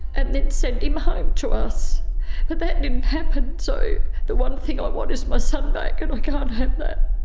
and then send him home to us. but that didn't happen. so the one thing i want is my son back and i can't have that.